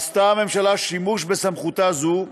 עשתה הממשלה שימוש בסמכותה זו,